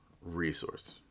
resource